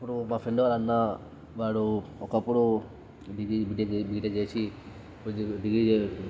ఇప్పుడు మా ఫ్రెండ్వాళ్ళ అన్న వాడు ఒకప్పుడు డిగ్రీ బిటెక్ జే బిటెక్ చేసి కొద్దిగా డిగ్రీ చదువు